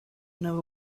never